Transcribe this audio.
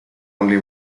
only